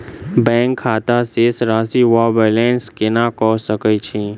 Bank खाता शेष राशि वा बैलेंस केना कऽ सकय छी?